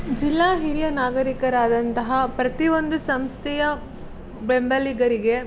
ಜಿಲ್ಲಾ ಹಿರಿಯ ನಾಗರಿಕರಾದಂತಹ ಪ್ರತಿಯೊಂದು ಸಂಸ್ಥೆಯ ಬೆಂಬಲಿಗರಿಗೆ